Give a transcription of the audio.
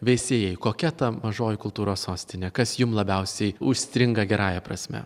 veisėjai kokia ta mažoji kultūros sostinė kas jum labiausiai užstringa gerąja prasme